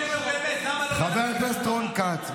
למה לא לנסוע לנחם את המשפחה?